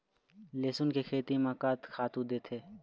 लेसुन के खेती म का खातू देथे?